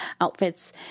outfits